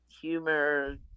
humor